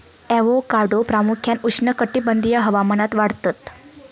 avocado प्रामुख्यान उष्णकटिबंधीय हवामानात वाढतत